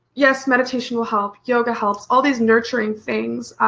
yes meditation will help, yoga helps all these nurturing things,